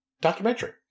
documentary